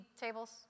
tables